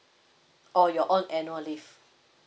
or your own annual leave